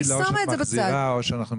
להגיד לה: או שאת מחזירה או שאנחנו מפטרים אותך.